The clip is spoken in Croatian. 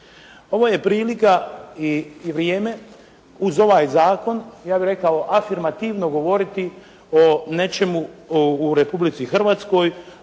Ovo je prilika i vrijeme uz ovaj zakon, ja bih rekao, afirmativno govoriti o nečemu u Republici Hrvatskoj,